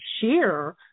share